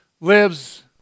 lives